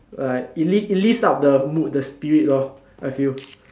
like it lift it lifts up the mood the spirit lor I feel